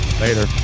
later